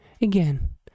again